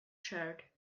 shared